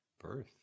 birth